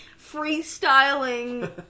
freestyling